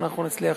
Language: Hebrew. אנחנו נצליח.